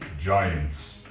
giant's